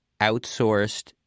outsourced